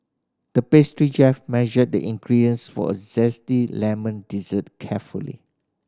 the pastry chef measured the ingredients for a zesty lemon dessert carefully